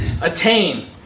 attain